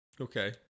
Okay